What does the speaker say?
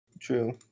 True